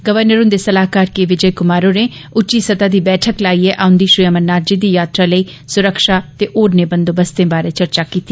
governor हृंदे सलाहकार के विजय क्मार होरें उच्ची सतह दी बैठका लाइयै औंदी श्री अमरनाथ जी दी यात्रा लेई सुरक्षा ते होरनें बंदोबस्तें बारै चर्चा कीती